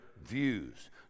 views